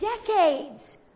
Decades